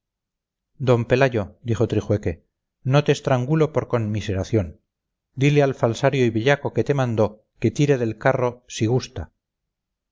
d pelayo dijo trijueque no te estrangulo por conmiseración dile al falsario y bellaco que te mandó que tire del carro si gusta